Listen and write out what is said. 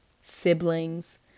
siblings